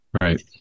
Right